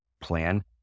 plan